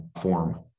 form